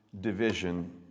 division